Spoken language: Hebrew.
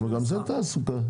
גם שם תעשו שינוי תב"ע.